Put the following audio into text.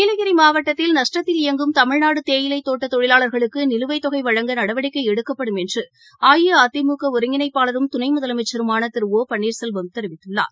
நீலகிரிமாவட்டத்தில் இயங்கும் தமிழ்நாடுதேயிலைத் தோட்டக் நஷ்டத்தில் தொழிலாளா்களுக்குநிலுவைத்தொகைவழங்க நடவடக்கைஎடுக்கப்படும் என்றுஅஇஅதிமுகஒருங்கிணைப்பாளரும் துணைமுதலமைச்சருமானதிரு பன்னீர்செல்வம் ஒ தெரிவித்துள்ளார்